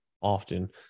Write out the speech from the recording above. often